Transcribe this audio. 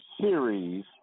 series